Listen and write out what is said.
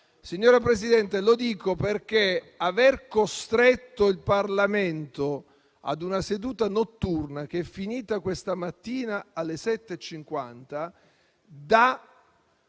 Signora Presidente, lo dico perché aver costretto il Parlamento ad una seduta notturna che è finita questa mattina alle 7,50 dà